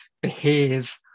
behave